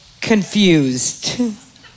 confused